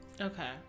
Okay